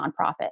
nonprofit